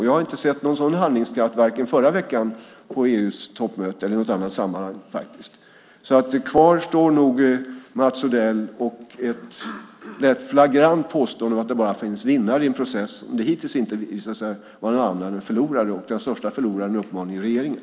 Jag har inte sett någon sådan handlingskraft, varken förra veckan på EU:s toppmöte eller i något annat sammanhang. Kvar står Mats Odell och ett lätt flagrant påstående att det bara finns vinnare i en process som hittills inte visat sig ha annat än förlorare. Den största förloraren är uppenbarligen regeringen.